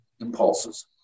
impulses